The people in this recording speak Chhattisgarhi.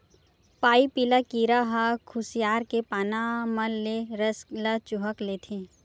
पाइपिला कीरा ह खुसियार के पाना मन ले रस ल चूंहक लेथे